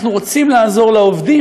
אנחנו רוצים לעזור לעובדים,